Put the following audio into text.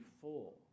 full